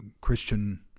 Christian